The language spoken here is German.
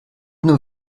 nur